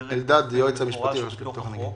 מוסדרת בהוראה בתוך החוק.